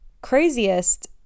craziest